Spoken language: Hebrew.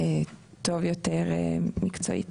טוב יותר מקצועית.